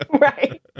right